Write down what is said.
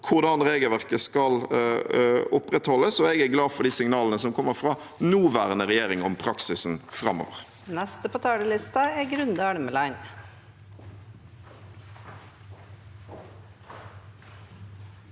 hvordan regelverket skal opprettholdes, og jeg er glad for de signalene som kommer fra nåværende regjering om praksisen framover.